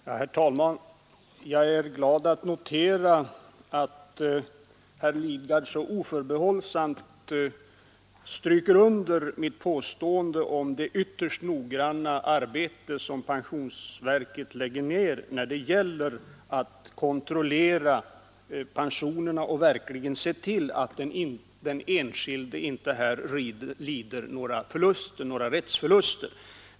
Herr talman! Jag är glad att notera att herr Lidgard så oförbehållsamt stryker under mitt påstående om det ytterst noggranna arbete som pensionsverket lägger ner när det gäller att kontrollera pensionerna och verkligen se till att den enskilde inte här lider några rättsförluster.